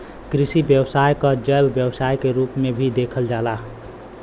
कृषि व्यवसाय क जैव व्यवसाय के रूप में भी देखल जाला